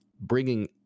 bringing